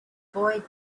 boy